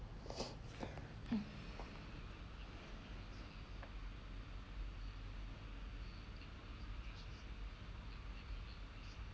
mm